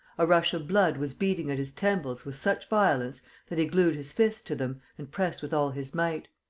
a rush of blood was beating at his temples with such violence that he glued his fists to them and pressed with all his might.